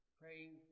praying